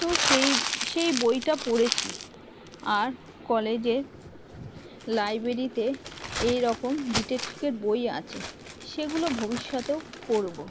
তো সেই সেই বইটা পড়েছি আর কলেজের লাইব্রেরিতে এই রকম ডিটেকটিভের বই আছে সেগুলো ভবিষ্যতেও পড়ব